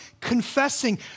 confessing